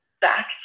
back